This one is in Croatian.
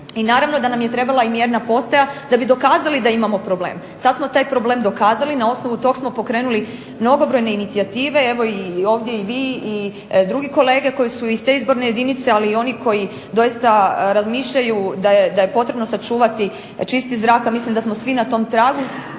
i naravno da nam je trebala i mjerna postaja da bi dokazali da imamo problem. Sad smo taj problem dokazali i na osnovu tog smo pokrenuli mnogobrojne inicijative. Evo, ovdje i vi i druge kolege koji su iz te izborne jedinice, ali i oni koji doista razmišljaju da je potrebno sačuvati čisti zrak, a mislim da smo svi na tom tragu,